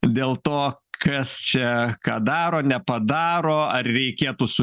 dėl to kas čia ką daro nepadaro ar reikėtų su